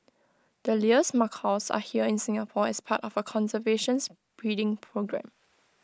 the Lear's macaws are here in Singapore as part of A conservation breeding programme